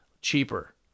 Cheaper